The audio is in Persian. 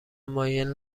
مایل